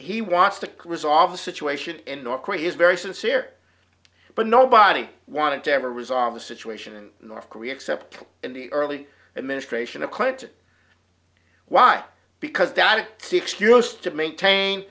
he wants to resolve the situation in north korea is very sincere but nobody wanted to ever resolve the situation in north korea except in the early administration of clinton why because t